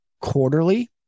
quarterly